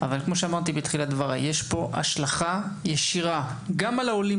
אבל כאמור יש פה השלכה ישירה גם על העולים